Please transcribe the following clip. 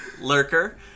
lurker